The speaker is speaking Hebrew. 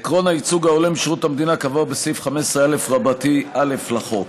עקרון הייצוג ההולם בשירות המדינה קבוע בסעיף 15א(א) לחוק.